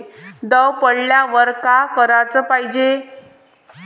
दव पडल्यावर का कराच पायजे?